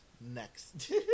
Next